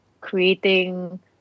creating